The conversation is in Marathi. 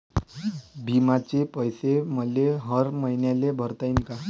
बिम्याचे पैसे मले हर मईन्याले भरता येईन का?